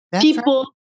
People